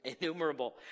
Innumerable